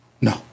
No